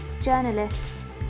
journalists